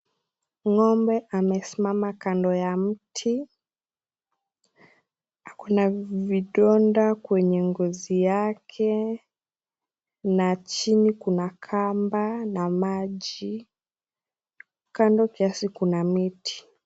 Ng'ombe amesimama kando ya mti. Ako na vidonda kwenye ngozi yake na chini kuna kamba na maji. Kando kiasi kuna miti.